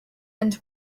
and